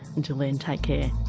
until then take care